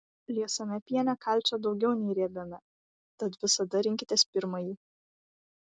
liesame piene kalcio daugiau nei riebiame tad visada rinkitės pirmąjį